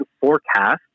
forecast